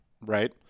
right